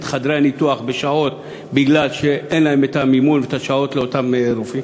חדרי הניתוח מפני שאין להם מימון ושעות לאותם רופאים,